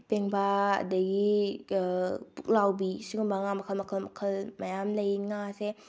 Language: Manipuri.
ꯄꯦꯡꯕꯥ ꯑꯗꯒꯤ ꯄꯨꯛꯂꯥꯎꯕꯤ ꯁꯤꯒꯨꯝꯕ ꯉꯥ ꯃꯈꯜ ꯃꯈꯜ ꯃꯈꯜ ꯃꯌꯥꯝ ꯂꯩ ꯉꯥꯁꯦ